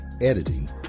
editing